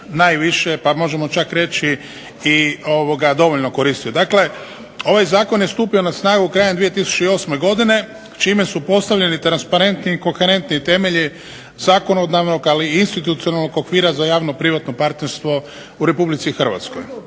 najviše, pa možemo čak reći i dovoljno koristio. Dakle, ovaj zakon je stupio na snagu krajem 2008. godine čime su postavljeni transparentni i koherentni temelji zakonodavnog, ali i institucionalnog okvira za javno-privatno partnerstvo u RH. Time se